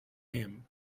him